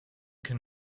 can